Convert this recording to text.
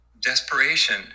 desperation